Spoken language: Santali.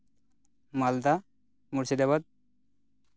ᱢᱟᱞᱫᱟ ᱢᱩᱨᱥᱤᱫᱟᱵᱟᱫ